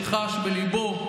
שחש בליבו,